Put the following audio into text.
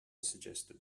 suggested